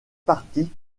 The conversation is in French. partie